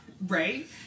right